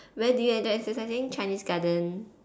where did you enjoy exercising chinese garden